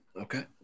Okay